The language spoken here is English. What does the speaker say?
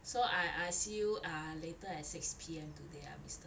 so I I see you uh later at six P_M today ah mr tan